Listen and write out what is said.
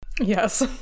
Yes